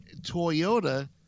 Toyota